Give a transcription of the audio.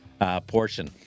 portion